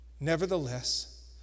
Nevertheless